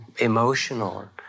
emotional